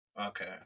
Okay